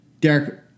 Derek